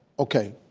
okay.